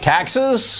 Taxes